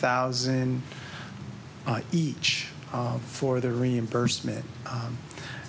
thousand each for the reimbursement